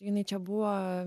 jinai čia buvo